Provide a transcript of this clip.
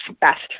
best